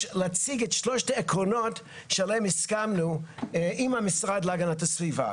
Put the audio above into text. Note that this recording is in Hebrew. להציג את שלושת העקרונות שעליהם הסכמנו עם המשרד להגנת הסביבה.